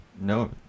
No